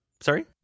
sorry